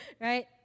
right